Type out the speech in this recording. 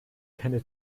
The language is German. keine